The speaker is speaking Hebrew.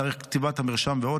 תאריך כתיבת המרשם ועוד.